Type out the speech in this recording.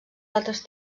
altres